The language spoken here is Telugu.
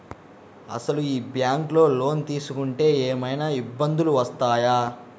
అసలు ఈ బ్యాంక్లో లోన్ తీసుకుంటే ఏమయినా ఇబ్బందులు వస్తాయా?